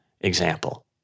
example